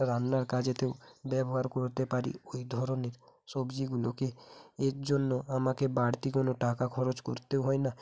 রান্নার কাজেতেও ব্যবহার করতে পারি ওই ধরনের সবজিগুলোকে এর জন্য আমাকে বাড়তি কোনো টাকা খরচ করতেও হয় না